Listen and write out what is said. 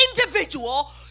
individual